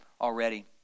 already